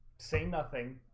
say nothing,